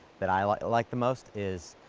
that i like like the most is,